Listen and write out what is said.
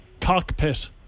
Cockpit